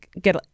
get